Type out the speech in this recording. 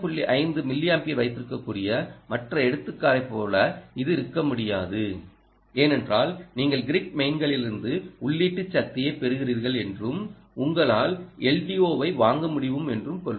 58 milliampere வைத்திருக்கக்கூடிய மற்ற எடுத்துக்காட்டுகளைப் போல இது இருக்க முடியாது ஏனென்றால் நீங்கள் கிரிட் மெயின்களிலிருந்து உள்ளீட்டு சக்தியை பெறுகிறீர்கள் என்றும் உங்களால் LDOஐ வாங்க முடியும் என்றும் கொள்வோம்